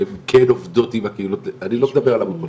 שהן כן עובדות עם הקהילות האלה,